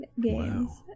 games